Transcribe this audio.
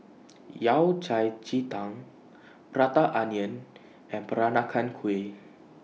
Yao Cai Ji Tang Prata Onion and Peranakan Kueh